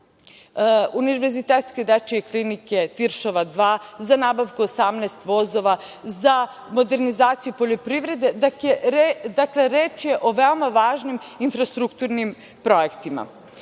Univerzitetske dečije klinike „Tiršova 2“, za nabavku 18 vozova, za modernizaciju poljoprivrede. Dakle, reč je o veoma važnim infrastrukturnim projektima. Naši